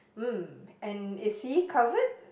mm and is he covered